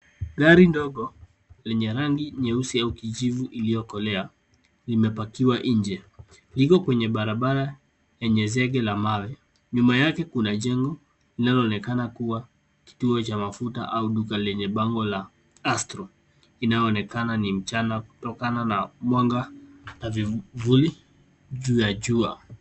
Gari ndogo lenye rangi nyeusi au kijivu iliyokole imepakiwa nje. Liko kwenye barabara yenye zege la mawe. Nyuma yake kuna jengo linaloonekana kuwa kituo cha mafuta au duka lenye bango la astrol. Inaonekana ni mchana kutokana na mwanga na vivuli ju ya jua.